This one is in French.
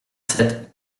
sept